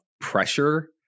pressure